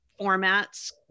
formats